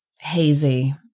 hazy